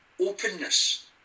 openness